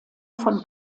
von